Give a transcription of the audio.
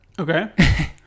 Okay